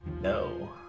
No